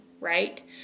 right